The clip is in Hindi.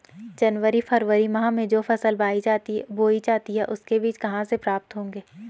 जनवरी फरवरी माह में जो फसल बोई जाती है उसके बीज कहाँ से प्राप्त होंगे?